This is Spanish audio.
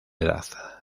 edad